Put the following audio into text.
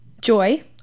joy